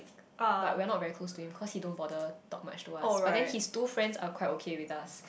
but we're not very close to him cause he don't bother talk much to us but then his two friends are quite okay with us